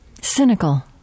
cynical